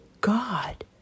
God